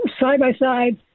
side-by-side